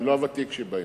אם לא הוותיק שבהם,